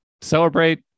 Celebrate